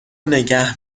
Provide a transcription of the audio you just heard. نگه